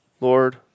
Lord